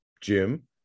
Jim